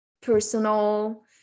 personal